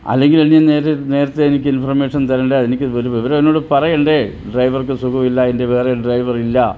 അല്ലെങ്കിൽ എനിക്കിത് നേരെ നേരത്തെ എനിക്ക് ഇൻഫർമേഷൻ തരണ്ടേ എനിക്ക് ഒരു വിവരം എന്നോട് പറയണ്ടേ ഡ്രൈവർക്ക് സുഖമില്ല എൻ്റെൽ വേറെ ഡ്രൈവറില്ല